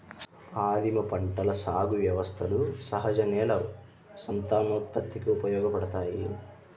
ఆదిమ పంటల సాగు వ్యవస్థలు సహజ నేల సంతానోత్పత్తికి ఉపయోగపడతాయి